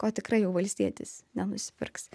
ko tikrai jau valstietis nenusipirks